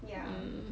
mm